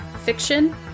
fiction